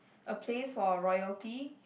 a place for royalty